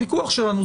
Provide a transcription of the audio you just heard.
הפיקוח שלנו.